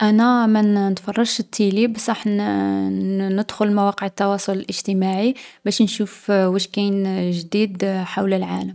أنا ما نـ نتفرجش التيلي بصح نـ نـ نـدخل مواقع التواصل الاجتماعي باش نشوف وش كاين جديد حول العالم.